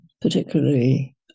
particularly